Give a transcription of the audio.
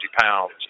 pounds